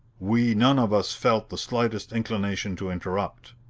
we none of us felt the slightest inclination to interrupt.